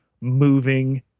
moving